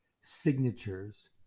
signatures